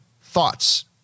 thoughts